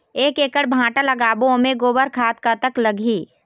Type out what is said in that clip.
एक एकड़ भांटा लगाबो ओमे गोबर खाद कतक लगही?